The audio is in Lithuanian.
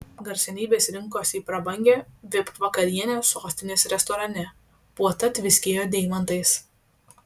garsenybės rinkosi į prabangią vip vakarienę sostinės restorane puota tviskėjo deimantais